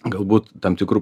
galbūt tam tikrų